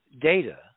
data